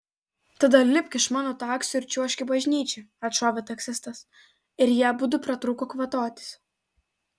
tada lipk iš mano taksio ir čiuožk į bažnyčią atšovė taksistas ir jie abudu pratrūko kvatotis